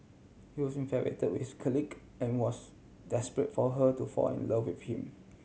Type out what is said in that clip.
he was with colleague and was desperate for her to fall in love with him